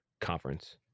conference